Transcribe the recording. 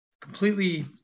completely